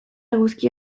eguzki